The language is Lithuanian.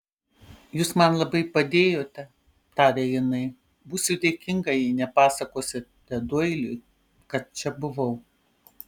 jūs man labai padėjote tarė jinai būsiu dėkinga jei nepasakosite doiliui kad čia buvau